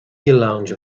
lounge